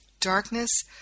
darkness